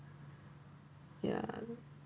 yeah